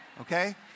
Okay